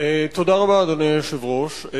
תודה רבה, אדוני היושב-ראש.